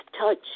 touch